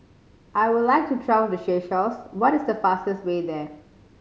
I would like to travel to Seychelles what is the fastest way there